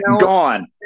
gone